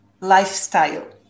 lifestyle